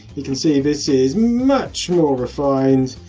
you can see this is much more refined.